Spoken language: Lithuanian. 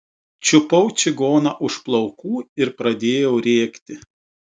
čiupau čigoną už plaukų ir pradėjau rėkti